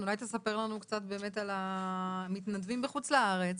אולי תספר לנו קצת באמת על המתנדבים בחוץ לארץ.